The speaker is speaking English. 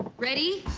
ready,